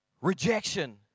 rejection